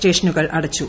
സ്റ്റേഷനുകൾ അടച്ചു